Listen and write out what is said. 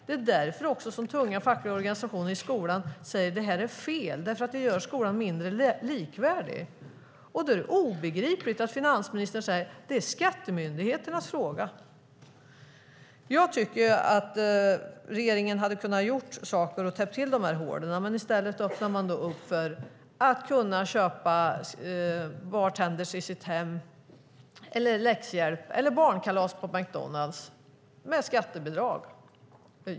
Det är också därför som tunga fackliga organisationer säger att det här är fel, nämligen att det gör skolan mindre likvärdig. Då är det obegripligt att finansministern säger att det är skattemyndigheternas fråga. Jag tycker att regeringen hade kunnat täppa till de här hålen, men i stället öppnar man för att kunna köpa bartenders eller läxhjälp till sitt hem eller för att ha barnkalas på McDonalds med skattebidrag.